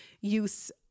use